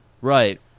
Right